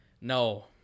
No